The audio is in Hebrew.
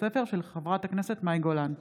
בהצעה לסדר-היום של חברת הכנסת מאי גולן בנושא: